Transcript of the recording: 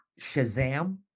Shazam